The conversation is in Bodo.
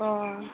अ